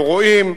אנחנו רואים,